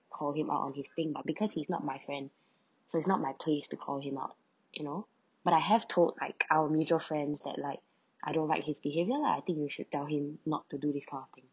call him out on his thing but because he's not my friend so it's not my place to call him out you know but I have told like our mutual friends that like I don't like his behaviour lah I think you should tell him not to do this kind of thing